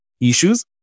issues